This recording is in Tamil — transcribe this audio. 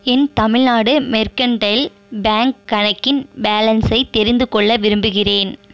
என் தமிழ்நாடு மெர்கன்டைல் பேங்க் கணக்கின் பேலன்ஸை தெரிந்துகொள்ள விரும்புகிறேன்